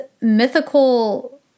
mythical